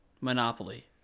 Monopoly